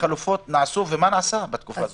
חלופות נעשו ומה נעשה בתקופה הזו.